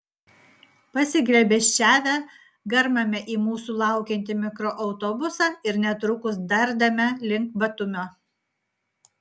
pasiglėbesčiavę garmame į mūsų laukiantį mikroautobusą ir netrukus dardame link batumio